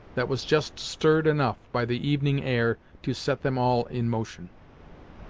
that was just stirred enough by the evening air to set them all in motion.